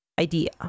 idea